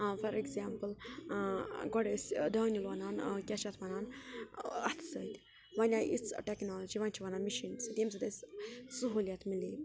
for example گۄڈٕ ٲسۍ دانہِ لۄنان کیٛاہ چھِ اَتھ وَنان اَتھٕ سۭتۍ وَنۍ آے یِژھ ٹٮ۪کنالجی وَنۍ چھِ وَنان مِشیٖن سۭتۍ ییٚمہِ سۭتۍ أسۍ سہوٗلیت مِلے